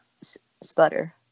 sputter